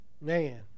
Man